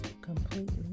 completely